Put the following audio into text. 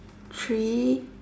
three